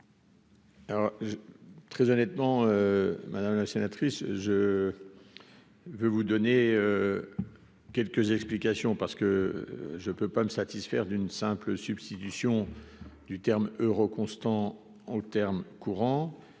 Alors, très honnêtement, madame la sénatrice, je veux vous donner quelques explications parce que je peux pas me satisfaire d'une simple substitution du terme Euro constant en termes courant